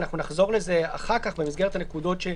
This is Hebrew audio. ונחזור לזה אחר כך במסגרת הנקודות.